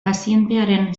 pazientearen